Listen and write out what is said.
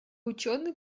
ученые